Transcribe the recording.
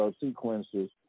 sequences